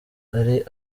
ari